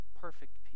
perfect